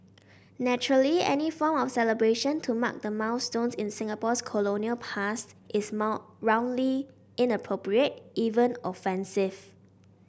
naturally any form of celebration to mark the milestones in Singapore's colonial past is mount roundly inappropriate even offensive